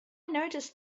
noticed